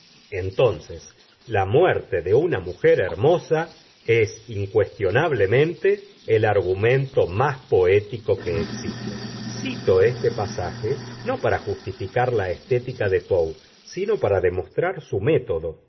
entonces la muerte de una mujer hermosa es incuestionablemente el argumento más poético que existe cito este pasaje no para justificar la estética de poe sino para demostrar su método